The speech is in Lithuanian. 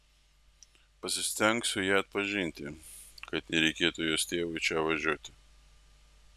pasistengsiu ją atpažinti kad nereikėtų jos tėvui čia važiuoti